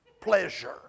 pleasure